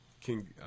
King